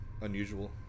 unusual